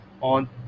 On